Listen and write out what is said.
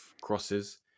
crosses